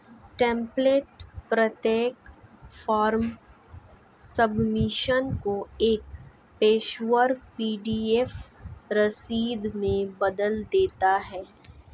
template प्रत्येक form submission को एक पेशेवर पी.डी.एफ रसीद में बदल देता है